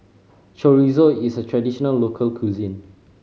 chorizo is a traditional local cuisine